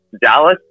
Dallas